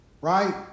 right